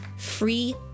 free